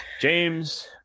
James